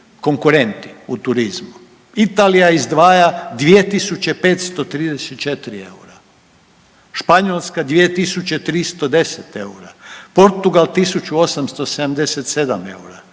konkurenti u turizmu Italija izdvaja 2.534 eura, Španjolska 2.310 eura, Portugal 1.877 eura,